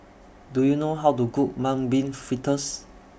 Do YOU know How to Cook Mung Bean Fritters